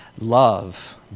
love